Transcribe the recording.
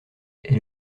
est